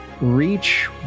reach